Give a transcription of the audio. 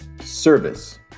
service